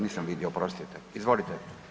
Nisam vidio, oprostite, izvolite.